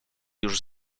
już